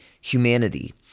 humanity